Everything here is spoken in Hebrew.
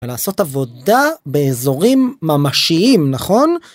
ולעשות עבודה באזורים ממשיים, נכון?